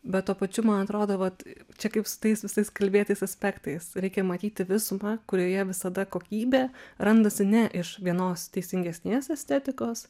bet tuo pačiu man atrodo vat čia kaip su tais visais kalbėtis aspektais reikia matyti visumą kurioje visada kokybė randasi ne iš vienos teisingesnės estetikos